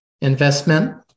investment